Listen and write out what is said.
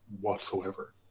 whatsoever